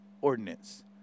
ordinance